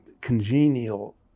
congenial